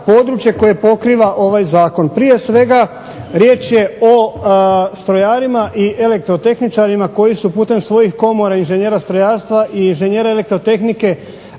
područje koje pokriva ovaj zakon. Prije svega, riječ je o strojarima i elektrotehničarima koji su putem svojih Komora inženjera strojarstva i inženjera elektrotehnike